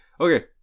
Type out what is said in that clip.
Okay